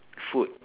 food